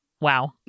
wow